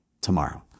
tomorrow